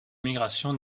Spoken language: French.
migration